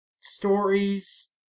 stories